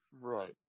right